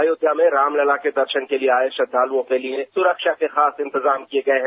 अयोध्या में रामलला के दर्शन के आए श्रद्वालुओं के लिए सुरक्षा के खास इंतजाम किए गए हैं